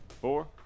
four